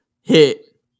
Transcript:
hit